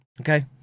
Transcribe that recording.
Okay